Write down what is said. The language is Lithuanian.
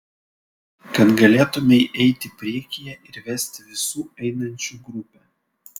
kad galėtumei eiti priekyje ir vesti visų einančių grupę